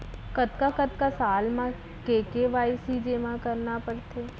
कतका कतका साल म के के.वाई.सी जेमा करना पड़थे?